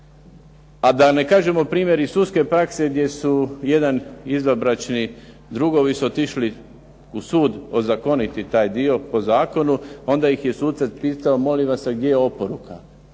A da ne kažem primjer iz sudske prakse, gdje su jedan izvanbračni drugovi su otišli u sud ozakoniti taj dio po zakonu, onda ih je sudac pitao, molim vas a gdje je oporuka,